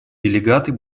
делегаты